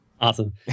Awesome